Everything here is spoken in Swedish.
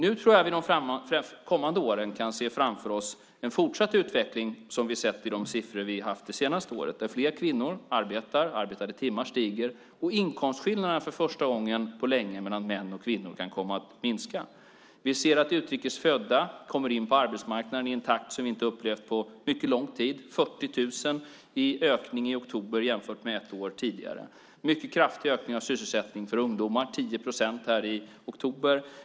Under de kommande åren tror jag att vi kan se framför oss en fortsatt utveckling som vi sett i de siffror som vi har haft under det senaste året, där fler kvinnor arbetar - antalet arbetade timmar ökar - och inkomstskillnaderna mellan män och kvinnor för första gången på länge kan komma att minska. Vi ser att utrikes födda kommer in på arbetsmarknaden i en takt som vi inte har upplevt på mycket lång tid. Ökningen i oktober är 40 000 jämfört med ett år tidigare. Det är en mycket kraftig ökning av sysselsättningen för ungdomar - 10 procent i oktober.